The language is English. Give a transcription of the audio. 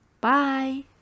Bye